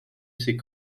ces